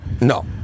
No